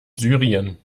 syrien